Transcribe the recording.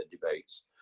debates